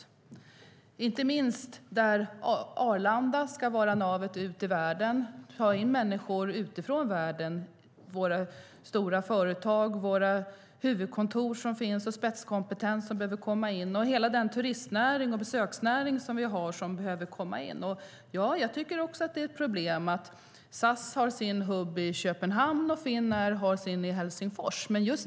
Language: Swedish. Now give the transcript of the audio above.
Arlanda ska vara navet för att ta människor ut i världen och ta in människor utifrån världen till våra stora företag och våra huvudkontor, spetskompetens som behöver komma in, liksom när det gäller turist och besöksnäringen. Jag tycker också att det är ett problem att SAS har sin hubb i Köpenhamn och Finnair sin i Helsingfors.